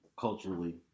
culturally